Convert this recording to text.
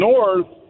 North